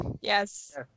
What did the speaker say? Yes